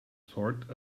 sort